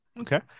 Okay